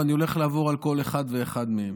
ואני הולך לעבור על כל אחד ואחד מהם,